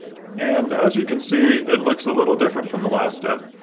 and as you can see, it looks a little different from the last step,